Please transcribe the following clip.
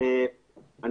בבקשה, תומר.